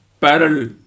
parallel